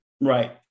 Right